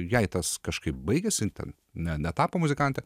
jai tas kažkaip baigiasi ten ne netapo muzikante